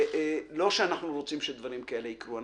לא שאנחנו רוצים שדברים כאלה יקרו,